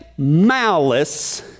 Malice